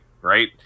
right